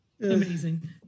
Amazing